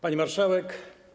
Pani Marszałek!